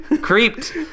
creeped